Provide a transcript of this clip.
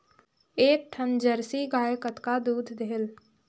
एक ठन जरसी गाय कतका दूध देहेल?